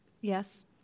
Yes